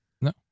No